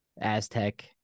Aztec